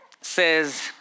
says